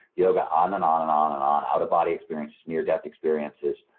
yogi, on and on and on and on, out of body experiences, near death experiences,